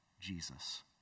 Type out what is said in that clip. Jesus